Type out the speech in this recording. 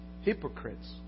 Hypocrites